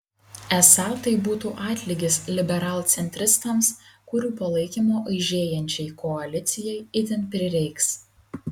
esą tai būtų atlygis liberalcentristams kurių palaikymo aižėjančiai koalicijai itin prireiks